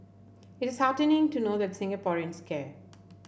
it is heartening to know that Singaporeans care